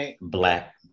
Black